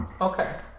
Okay